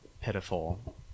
pitiful